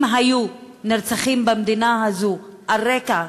אם היו נרצחים במדינה הזאת על רקע,